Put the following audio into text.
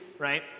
Right